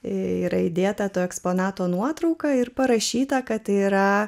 yra įdėta to eksponato nuotrauką ir parašyta kad yra